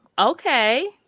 Okay